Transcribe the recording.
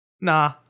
nah